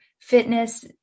fitness